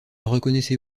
reconnaissez